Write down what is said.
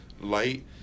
light